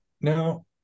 now